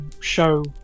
show